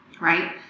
right